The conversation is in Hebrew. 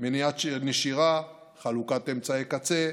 מניעת נשירה, חלוקת אמצעי קצה,